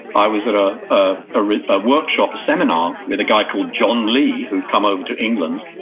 i was at ah ah ah a workshop, a seminar, with a guy called john lee, who'd come over to england.